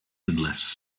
unless